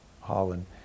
Holland